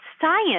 science